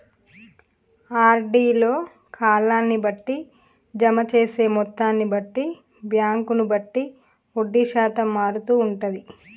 RD లో కాలాన్ని బట్టి, జమ చేసే మొత్తాన్ని బట్టి, బ్యాంకును బట్టి వడ్డీ శాతం మారుతూ ఉంటది